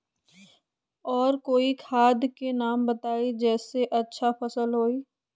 और कोइ खाद के नाम बताई जेसे अच्छा फसल होई?